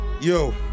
Yo